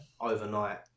overnight